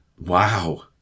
Wow